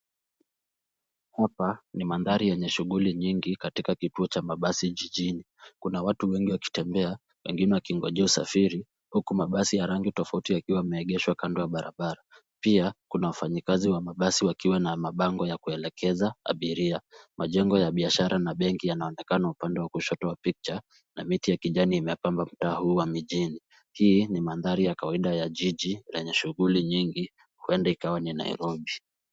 Hapa ni mandhari yenye shughuli nyingi katika kituo cha mabasi jijini. Kuna watu wengi wakitembea, wengine wakingojea usafiri huku mabasi ya rangi tofauti yakiwa yameegeshwa kando ya barabara. Pia kuna wafanyakazi wa mabasi wakiwa na mabango ya kuelekeza abiria. Majengo ya biashara na benki yanaonekana upande wa kushoto wa picha na miti ya kijani imepandwa huu jijini. Hii ni mandhari ya kawaida ya jiji lenye shughuli nyingi huenda ikawa ni Nairobi.